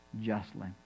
justly